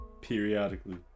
periodically